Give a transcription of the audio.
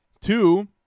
two